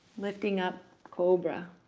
lifting up cobra.